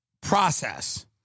process